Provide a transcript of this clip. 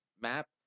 map